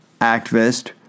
activist